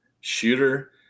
shooter